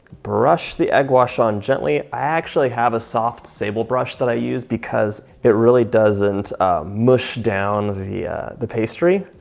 brush the egg wash on gently. i actually have a soft sable brush that i use because it really doesn't mush down the the pastry.